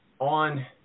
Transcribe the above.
On